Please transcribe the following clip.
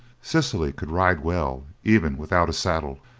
cecily could ride well even without a saddle,